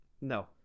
No